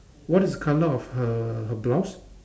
what is the colour of her blouse